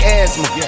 asthma